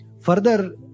further